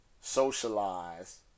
socialize